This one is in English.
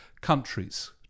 countries